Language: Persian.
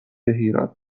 هیراد